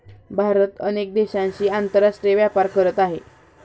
भारत अनेक देशांशी आंतरराष्ट्रीय व्यापार करत आहे